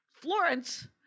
Florence